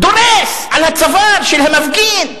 דורס על הצוואר של המפגין,